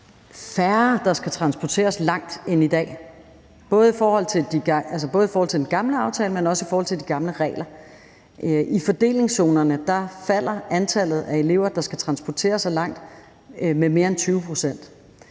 færre, der skal transporteres langt, end i dag, både i forhold til den gamle aftale, men også i forhold til de gamle regler. I fordelingszonerne falder antallet af elever, der skal transportere sig langt, med mere end 20 pct.